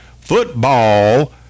football